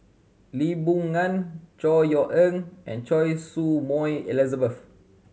Lee Boon Ngan Chor Yeok Eng and Choy Su Moi Elizabeth